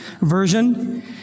Version